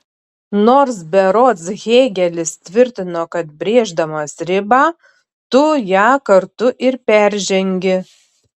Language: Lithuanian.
nors berods hėgelis tvirtino kad brėždamas ribą tu ją kartu ir peržengi